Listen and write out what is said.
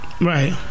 Right